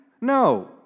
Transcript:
No